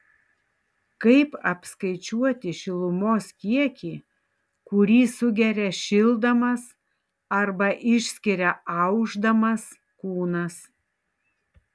kaip apskaičiuoti šilumos kiekį kurį sugeria šildamas arba išskiria aušdamas kūnas